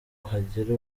hagira